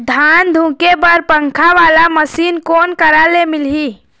धान धुके बर पंखा वाला मशीन कोन करा से मिलही?